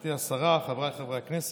גברתי השרה, חבריי חברי הכנסת,